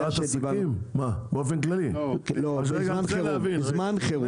זמן חירום.